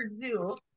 zoo